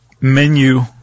menu